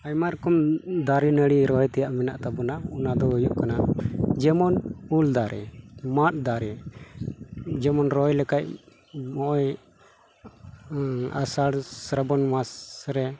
ᱟᱭᱢᱟ ᱨᱚᱠᱚᱢ ᱫᱟᱨᱮ ᱱᱟᱹᱲᱤ ᱨᱚᱦᱚᱭ ᱛᱮᱭᱟᱜ ᱢᱮᱱᱟᱜ ᱛᱟᱵᱚᱱᱟ ᱚᱱᱟ ᱫᱚ ᱦᱩᱭᱩᱜ ᱠᱟᱱᱟ ᱡᱮᱢᱚᱱ ᱩᱞ ᱫᱟᱨᱮ ᱢᱟᱫ ᱫᱟᱨᱮ ᱡᱮᱢᱚᱱ ᱨᱚᱦᱚᱭ ᱞᱮᱠᱷᱟᱱ ᱱᱚᱜᱼᱚᱭ ᱟᱥᱟᱲ ᱥᱨᱟᱵᱚᱱ ᱢᱟᱥ ᱨᱮ